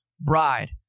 bride